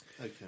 Okay